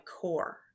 core